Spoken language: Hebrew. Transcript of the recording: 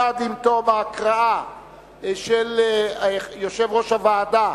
מייד עם תום ההקראה של יושב-ראש הוועדה